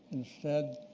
instead,